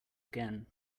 again